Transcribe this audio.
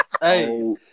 Hey